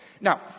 now